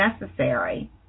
necessary